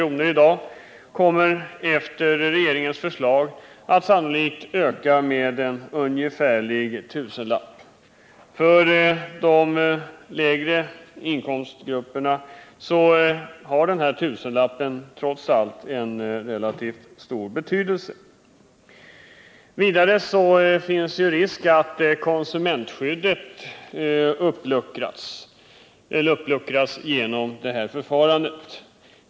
kommer efter genomförandet av den av regeringen föreslagna ändringen av mervärdeskatt att öka i pris med omkring 1 000 kr. För de lägre inkomstgrupperna har den här tusenlappen trots allt en relativt stor betydelse. Vidare föreligger viss risk att konsumentskyddet uppluckras genom detta förfarande.